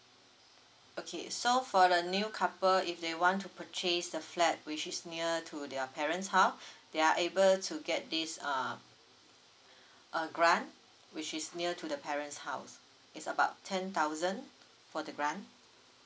okay so for the new couple if they want to purchase the flat which is near to their parents house they are able to get this uh uh grant which is near to the parents house it's about ten thousand for the grant